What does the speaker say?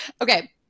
Okay